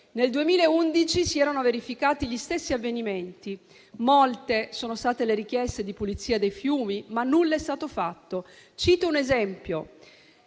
Nel 2011 si erano verificati gli stessi avvenimenti. Molte sono state le richieste di pulizia dei fiumi, ma nulla è stato fatto. Cito un esempio: